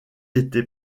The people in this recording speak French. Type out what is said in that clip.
été